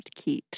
Keat